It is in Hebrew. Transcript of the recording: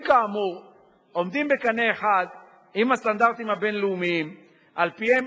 השינויים כאמור עולים בקנה אחד עם הסטנדרטים הבין-לאומיים שעל-פיהם